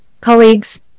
colleagues